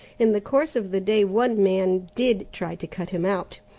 in the course of the day one man did try to cut him out,